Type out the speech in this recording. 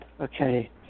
Okay